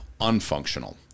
unfunctional